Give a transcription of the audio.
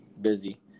busy